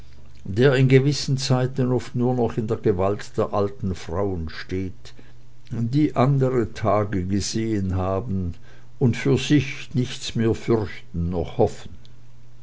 der in gewissen zeiten oft nur noch in der gewalt der alten frauen steht die andere tage gesehen haben und für sich nichts mehr fürchten noch hoffen